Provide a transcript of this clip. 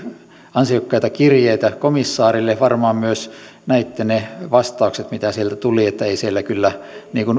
ansiokkaita kirjeitä komissaarille ja varmaan myös näitte ne vastaukset mitä sieltä tuli ei siellä kyllä